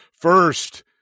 First